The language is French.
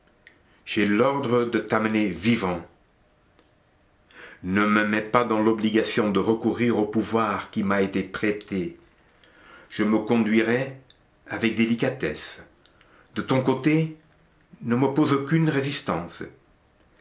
j'ai l'ordre de t'amener vivant ne me mets pas dans l'obligation de recourir au pouvoir qui m'a été prêté je me conduirai avec délicatesse de ton côté ne m'oppose aucune résistance